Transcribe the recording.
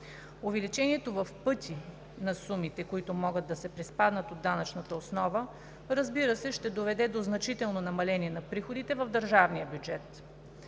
увеличението на сумите, които могат да се приспаднат от данъчната основа и, разбира се, ще доведат до значително намаляване на приходите в държавния бюджет.